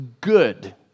good